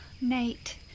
Nate